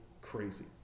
crazy